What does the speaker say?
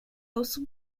also